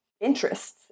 interests